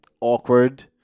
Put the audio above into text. awkward